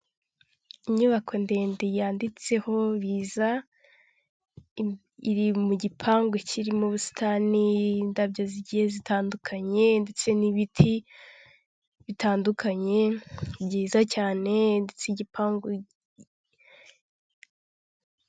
Kampani iherereye mu mujyi wa Kigali ikoresha ikoranabuhanga yubatse neza iteye amarangi y'umweru, ifite ibirahuri bisa neza mu mbuga yazo hari pasiparume n'indabyo zindi nziza cyane hepfo hari ibiti birebire.